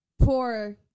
poor